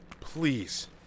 Please